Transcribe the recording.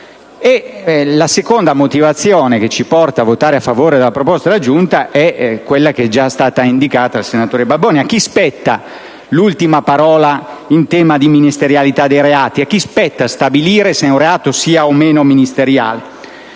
La seconda motivazione che ci porta a votare a favore della proposta della Giunta è quella già indicata dal senatore Balboni. A chi spetta l'ultima parola in tema di ministerialità dei reati? A chi spetta stabilire se un reato sia o meno ministeriale?